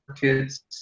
kids